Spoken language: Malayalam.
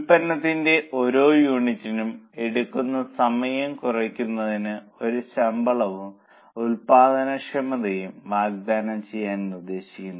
ഉൽപന്നത്തിന്റെ ഓരോ യൂണിറ്റിനും എടുക്കുന്ന സമയം കുറയ്ക്കുന്നതിന് ഒരു ശമ്പളവും ഉൽപ്പാദനക്ഷമതയും വാഗ്ദാനം ചെയ്യാൻ നിർദ്ദേശിക്കുന്നു